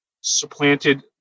supplanted